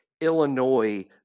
Illinois